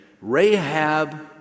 Rahab